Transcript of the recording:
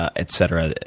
ah etc,